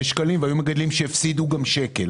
שקלים והיו מגדלים שאפילו הפסידו שקל.